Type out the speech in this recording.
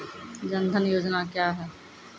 जन धन योजना क्या है?